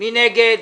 מי נגד?